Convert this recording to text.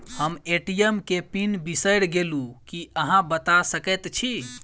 हम ए.टी.एम केँ पिन बिसईर गेलू की अहाँ बता सकैत छी?